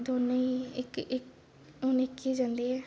ते दौनीं हून इक्क गै जंदी ऐ